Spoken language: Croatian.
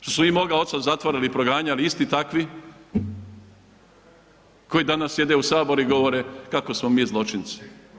Što su i moga oca zatvarali i proganjali isti takvi koji danas sjede u Saboru i govore kako smo mi zločinci.